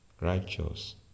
righteous